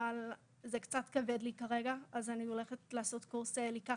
אבל זה קצת כבד עליי כרגע אז אני הולכת לעשות קורס ---.